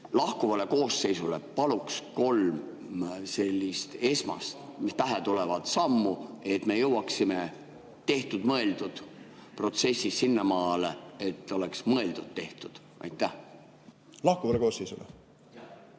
lahkuvale koosseisule paluks kolm sellist esmast sammu, mis pähe tulevad, et me jõuaksime tehtud-mõeldud protsessis sinnamaale, et oleks mõeldud-tehtud. Lahkuvale koosseisule?